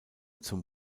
zum